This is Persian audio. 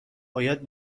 باید